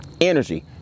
Energy